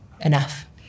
enough